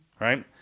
right